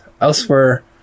elsewhere